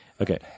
Okay